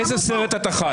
באיזה סרט אתה חי?